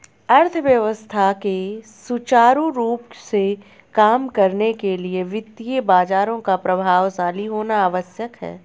अर्थव्यवस्था के सुचारू रूप से काम करने के लिए वित्तीय बाजारों का प्रभावशाली होना आवश्यक है